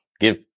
give